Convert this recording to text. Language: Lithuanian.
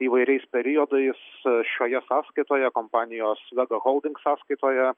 įvairiais periodais šioje sąskaitoje kompanijos svedo holding sąskaitoje